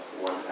One